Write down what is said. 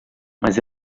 mas